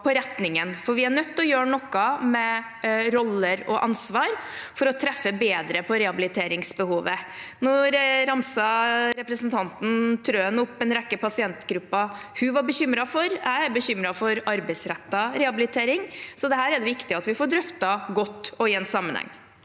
Vi er nødt til å gjøre noe med roller og ansvar for å treffe bedre på rehabiliteringsbehovet. Nå ramset representanten Trøen opp en rekke pasientgrupper hun var bekymret for. Jeg er bekymret for arbeidsrettet rehabilitering. Så dette er det viktig at vi får drøftet godt og i en sammenheng.